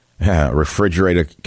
refrigerator